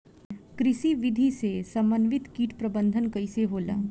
कृषि विधि से समन्वित कीट प्रबंधन कइसे होला?